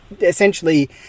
essentially